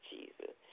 Jesus